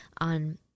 on